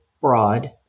broad